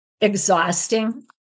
exhausting